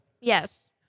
Yes